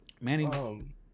Manny